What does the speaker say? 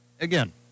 again